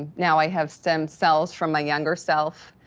now i have stem cells from my younger self,